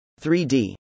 3d